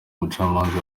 umucamanza